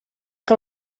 que